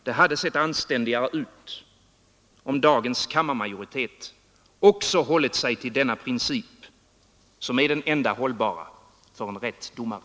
Det hade sett anständigare ut, om dagens kammarmajoritet också hållit sig till denna princip, som är den enda hållbara för en rätt domare.